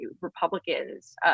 Republicans